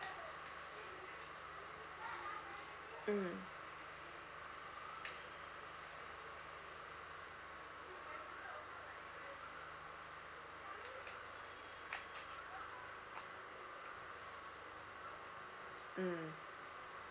mm mm